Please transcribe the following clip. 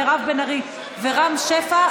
מירב בן ארי ורם שפע.